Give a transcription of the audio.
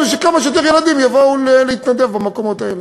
שכמה שיותר יבואו להתנדב במקומות האלה.